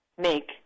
make